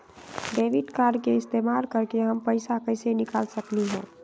Debit card के इस्तेमाल करके हम पैईसा कईसे निकाल सकलि ह?